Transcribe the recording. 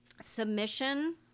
submission